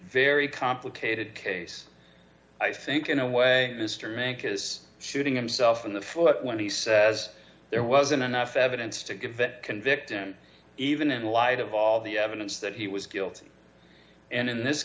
very complicated case i think in a way mr manc is shooting himself in the foot when he says there wasn't enough evidence to give that convict him even in light of all the evidence that he was guilty and in this